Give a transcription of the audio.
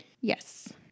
Yes